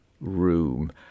room